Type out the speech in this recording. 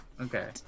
Okay